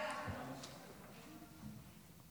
סעיפים 1